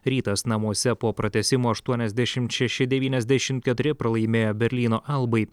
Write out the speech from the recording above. rytas namuose po pratęsimo aštuoniasdešimt šeši devyniasdešimt keturi pralaimėjo berlyno albai